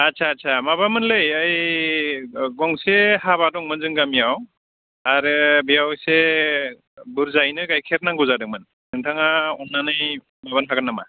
आस्सा आस्सा माबामोनलै ओइ गंसे हाबा दंमोन जों गामियाव आरो बेयाव एसे बुरजायैनो गाइखेर नांगौ जादोंमोन नोंथाङा अननानै बिबान लागोन नामा